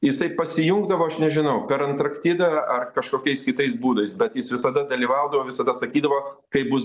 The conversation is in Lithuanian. jisai pasijungdavo aš nežinau per antarktidą ar kažkokiais kitais būdais bet jis visada dalyvaudavo visada sakydavo kaip bus